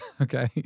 okay